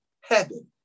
heaven